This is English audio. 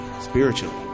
spiritually